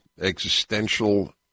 existential